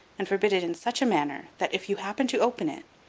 and forbid it in such a manner that, if you happen to open it,